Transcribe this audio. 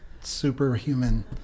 superhuman